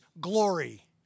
glory